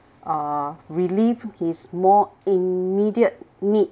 uh relief his more immediate need